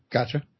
Gotcha